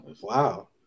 Wow